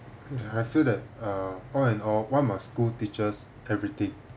and I feel that uh all in all why must school teaches everything